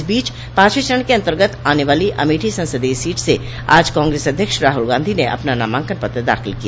इस बीच पांचवें चरण के अन्तर्गत आने वाली अमेठी संसदीय सीट से आज कांग्रेस अध्यक्ष राहुल गांधी ने अपना नामांकन पत्र दाखिल किया